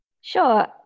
Sure